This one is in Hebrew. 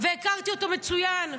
והכרתי אותו מצוין,